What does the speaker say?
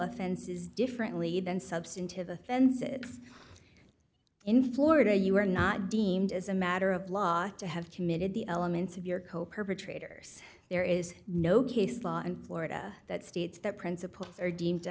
offenses differently than substantive offenses in florida you are not deemed as a matter of law to have committed the elements of your co perpetrators there is no case law in florida that states that principals are deemed to